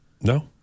No